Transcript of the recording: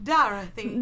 Dorothy